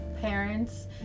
parents